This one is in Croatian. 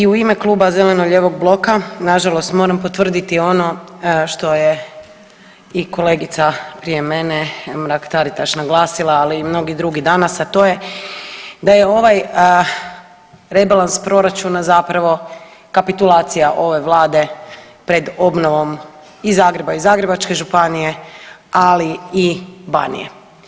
Evo i u ime Kluba zelenog-lijevog bloka nažalost moram potvrditi ono što je i kolegica prije mene, Mrak Taritaš naglasila, ali i mnogi drugi danas, a to je da je ovaj rebalans proračuna zapravo kapitulacija ove vlade pred obnovom i Zagreba i Zagrebačke županije, ali i Banije.